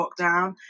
lockdown